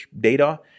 data